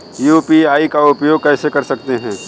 UPI का उपयोग कैसे कर सकते हैं?